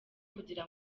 kugira